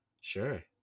sure